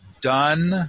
done